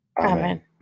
Amen